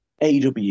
AW